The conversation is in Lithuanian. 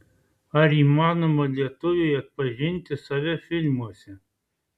ar įmanoma lietuviui atpažinti save filmuose